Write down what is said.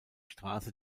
straße